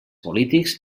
polítics